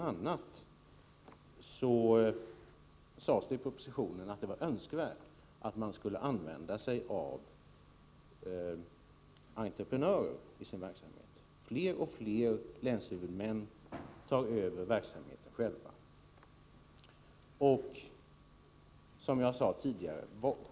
a. sades det i propositionen att det var önskvärt att anlita entreprenörer i verksamheten. Fler och fler länshuvudmän tar över verksamheten själva.